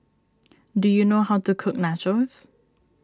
do you know how to cook Nachos